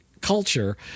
culture